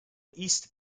east